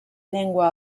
llengua